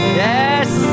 yes